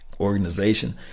organization